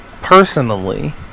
personally